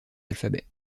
alphabet